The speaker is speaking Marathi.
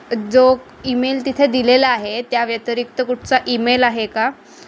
जो ईमेल तिथे दिलेला आहे त्याव्यतिरिक्त कुठचा ईमेल आहे का